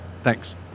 Thanks